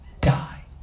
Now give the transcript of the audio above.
die